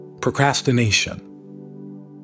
Procrastination